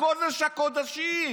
לקודש-הקודשים.